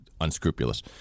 unscrupulous